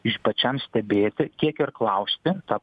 iš pačiam stebėti kiek ir klausti tą